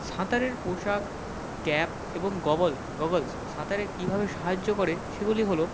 সাঁতারের পোশাক ক্যাপ এবং গগোল গগলস সাঁতারে কীভাবে সাহায্য করে সেগুলি হলো